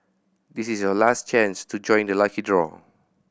this is your last chance to join the lucky draw